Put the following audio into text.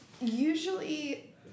Usually